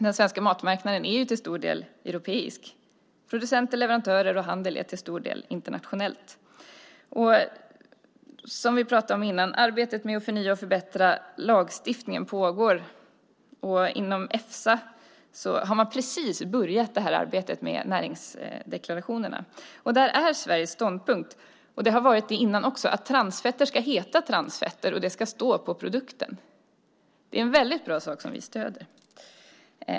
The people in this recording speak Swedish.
Den svenska matmarknaden är till stor del europeisk. Producenter, leverantörer och handel är till stora delar internationella. Som vi var inne på tidigare pågår nu också arbetet med att förnya och förbättra lagstiftningen. Inom Efsa har man precis börjat arbetet med näringsdeklarationerna. Här är Sveriges ståndpunkt, och har så varit även tidigare, att transfetter ska heta transfetter och att det ska stå på produkten. Det är en väldigt bra sak som vi stöder.